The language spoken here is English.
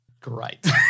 Great